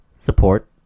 support